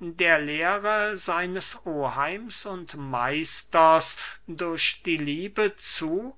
der lehre seines oheims und meisters durch die liebe zu